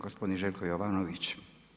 Gospodin Željko Jovanović.